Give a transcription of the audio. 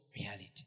reality